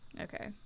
Okay